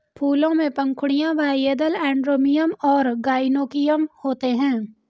फूलों में पंखुड़ियाँ, बाह्यदल, एंड्रोमियम और गाइनोइकियम होते हैं